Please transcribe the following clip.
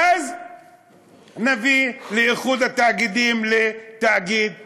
ואז נביא לאיחוד התאגידים לתאגיד חדש.